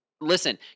Listen